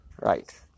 right